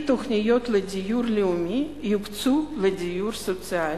תוכניות לדיור לאומי יוקצו לדיור סוציאלי,